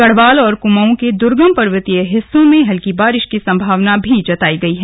गढ़वाल और कुमाऊं के द्र्गम पर्वतीय हिस्सों में हलकी बारिश का संभावना भी जतायी गई है